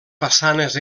façanes